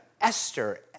Esther